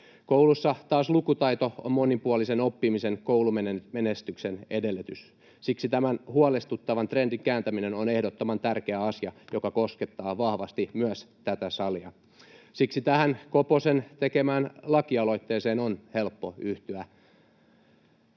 Koulussa taas lukutaito on monipuolisen oppimisen ja koulumenestyksen edellytys. Siksi tämän huolestuttavan trendin kääntäminen on ehdottoman tärkeä asia, joka koskettaa vahvasti myös tätä salia. Siksi tähän Koposen tekemään lakialoitteeseen on helppo yhtyä.